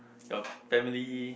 your family